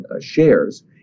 shares